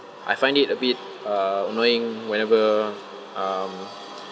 I find it a bit uh annoying whenever um